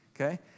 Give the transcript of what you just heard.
Okay